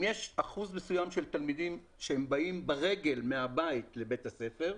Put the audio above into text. אם יש אחוז מסוים של תלמידים שהם באים ברגל מהבית לבית הספר,